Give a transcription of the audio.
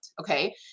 Okay